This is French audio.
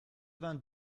vingt